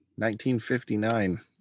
1959